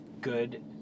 good